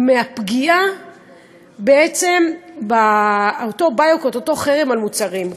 מהפגיעה של אותו boycott, אותו חרם על מוצרים.